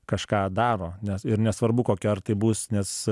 kažką daro nes ir nesvarbu kokia ar tai bus nes